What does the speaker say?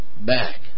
back